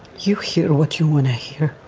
you hear what you wanna hear.